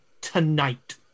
tonight